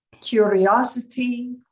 Curiosity